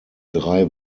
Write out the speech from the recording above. drei